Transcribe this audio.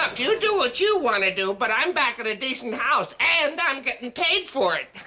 um do do what you wanna do, but i'm back in a decent house and i'm getting paid for it.